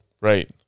right